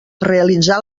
realitzar